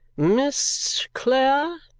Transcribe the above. miss clare,